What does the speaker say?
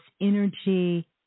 energy